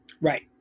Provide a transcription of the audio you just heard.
Right